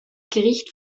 gericht